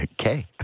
okay